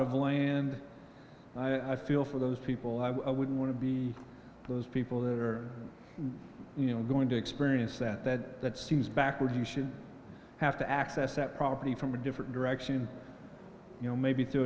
of land i feel for those people i wouldn't want to be those people that are going to experience that that that seems backward you should have to access that property from a different direction you know maybe t